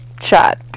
shot